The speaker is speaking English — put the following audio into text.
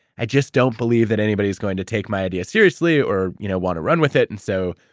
i just don't believe that anybody is going to take my idea seriously, or, you know want to run with it, and so,